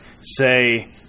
say